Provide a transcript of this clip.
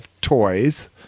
toys